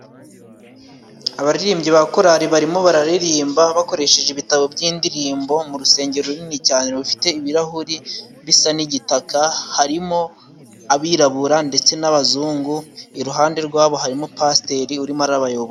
Abaririmbyi ba korali barimo bararirimba bakoresheje ibitabo by'indirimbo mu rusengero runini cyane rufite ibirahuri bisa n'igitaka harimo abirabura ndetse n'abazungu iruhande rwabo harimo pasiteri urimo arabayobora.